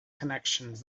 connections